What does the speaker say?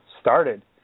started